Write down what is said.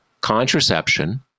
contraception